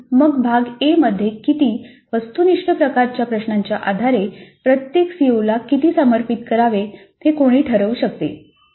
आणि मग भाग ए मध्ये किती वस्तुनिष्ठ प्रकारच्या प्रश्नांच्या आधारे प्रत्येक सीओला किती समर्पित करावे हे कोणी ठरवू शकते